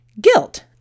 Guilt